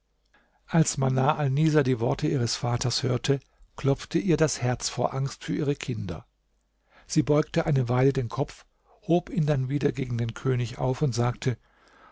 als manar alnisa die worte ihres vaters hörte klopfte ihr das herz vor angst für ihre kinder sie beugte eine weile den kopf hob ihn dann wieder gegen den könig auf und sagte